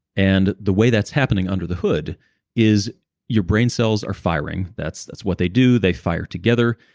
and the way that's happening under the hood is your brain cells are firing that's that's what they do they fire together,